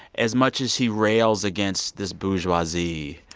as much as he rails against this bourgeoisie,